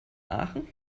aachen